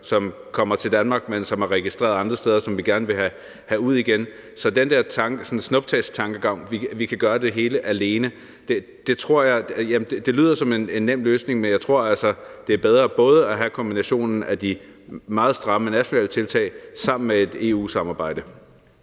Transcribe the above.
der kommer til Danmark, men som er registreret andre steder, og som vi gerne vil have ud igen. Så den der snuptagsløsning om, at vi kan gøre det hele alene, lyder som en nem løsning, men jeg tror altså, det er bedre at have kombinationen af de meget stramme nationale tiltag og EU-samarbejdet.